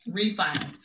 Refiled